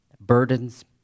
burdens